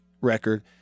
record